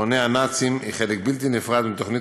מציפורני הנאצים היא חלק בלתי נפרד מתוכנית